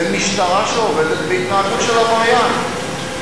למשטרה שעובדת בהתנהגות של עבריין.